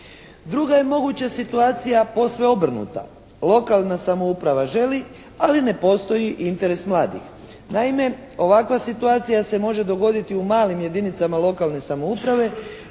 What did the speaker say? Druga je moguća situacija posve obrnuta, lokalna samouprava želi, ali ne postoji interes mladih. Naime, ovakva situacija se može dogoditi u malim jedinicama lokalne samouprave